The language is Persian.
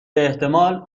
باحتمال